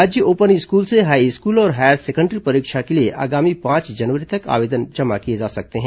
राज्य open school से high school और हायर सेकेंडरी परीक्षा के लिए आगामी पांच जनवरी तक आवेदन जमा किए जा सकते हैं